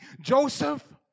Joseph